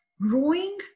growing